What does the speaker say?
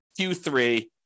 Q3